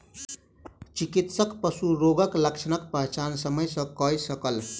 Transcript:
चिकित्सक पशु रोगक लक्षणक पहचान समय सॅ कय सकल